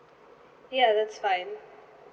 ya that's fine